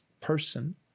person